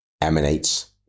emanates